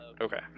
Okay